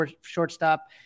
shortstop